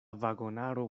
vagonaro